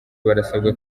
barasabwa